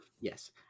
Yes